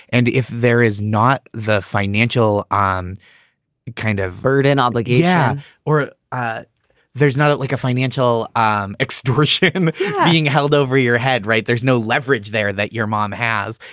and if there is not the financial um kind of burden and obligation yeah or ah there's not like a financial um extra chicken being held over your head right. there's no leverage there that your mom has.